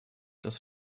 das